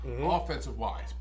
offensive-wise